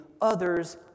others